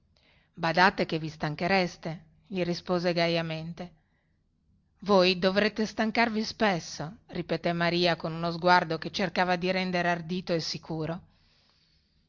badate che vi stanchereste gli rispose gaiamente voi dovrete stancarvi spesso ripetè maria con uno sguardo che cercava di rendere ardito e sicuro